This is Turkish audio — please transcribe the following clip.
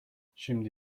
şimdi